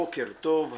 בוקר טוב,